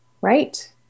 right